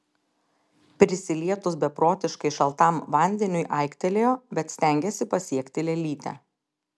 prisilietus beprotiškai šaltam vandeniui aiktelėjo bet stengėsi pasiekti lėlytę